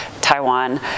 Taiwan